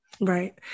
Right